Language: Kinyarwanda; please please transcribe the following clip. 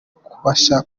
kubasha